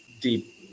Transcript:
deep